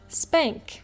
？spank，